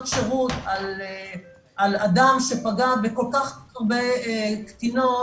שירות על אדם שפגע בכל כך הרבה קטינות,